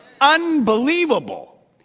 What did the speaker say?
unbelievable